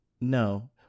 No